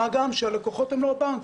מה גם שהלקוחות אינם בנק,